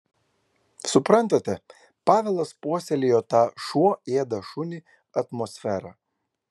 suprantate pavelas puoselėjo tą šuo ėda šunį atmosferą